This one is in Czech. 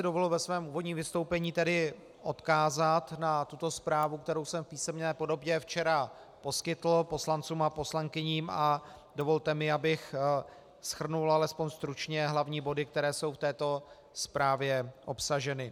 Dovolil bych si ve svém úvodním vystoupení odkázat na tuto zprávu, kterou jsem v písemné podobě včera poskytl poslancům a poslankyním, a dovolte mi, abych shrnul alespoň stručně hlavní body, které jsou v této zprávě obsaženy.